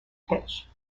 pitch